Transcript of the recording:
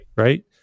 Right